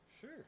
Sure